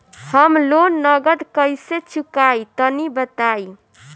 हम लोन नगद कइसे चूकाई तनि बताईं?